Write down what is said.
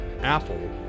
Apple